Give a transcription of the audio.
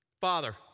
Father